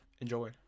enjoy